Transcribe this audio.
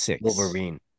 Wolverine